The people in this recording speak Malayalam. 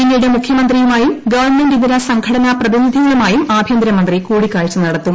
പിന്നീട് മുഖ്യമന്ത്രിയുമായും ഗവൺമെന്റിതര സംഘടനാ പ്രതിനിധികളുമായും ആഭ്യന്തര്മുന്തി കൂടിക്കാഴ്ച നടത്തും